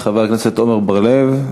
חבר הכנסת עמר בר-לב,